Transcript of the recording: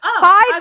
Five